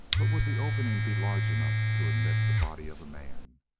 but would the opening be large enough to admit the body of a man?